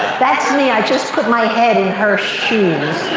that's me. i just put my head in her shoes.